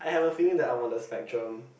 I have a feeling that I'm on the spectrum